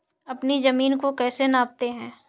अपनी जमीन को कैसे नापते हैं?